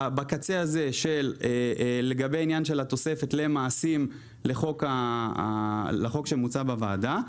בקצה לגבי עניין התוספת למעשים לחוק שמוצע בוועדה,